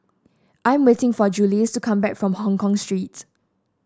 I am waiting for Juluis to come back from Hongkong Street